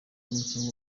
umukinnyi